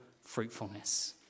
fruitfulness